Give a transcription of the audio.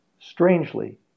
Strangely